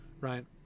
Right